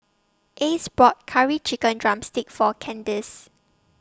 Ace bought Curry Chicken Drumstick For Candice